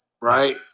Right